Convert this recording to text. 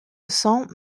cents